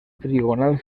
trigonal